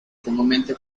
comúnmente